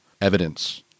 evidence